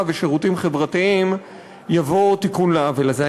והשירותים החברתיים יבוא תיקון לעוול הזה.